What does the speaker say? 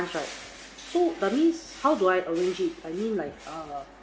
right so that means how do I arrange it I mean like err